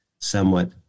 somewhat